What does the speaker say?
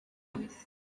muhanda